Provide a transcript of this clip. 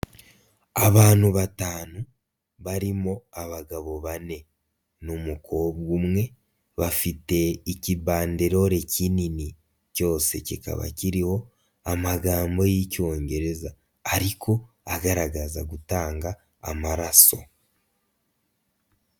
Abantu batanu barimo abagabo bane n'umukobwa, umwe bafite ikibanderore kinini cyose kikaba kiriho amagambo y'icyongereza ariko agaragaza gutanga amaraso.